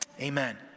Amen